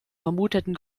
vermuteten